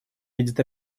едет